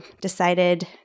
decided –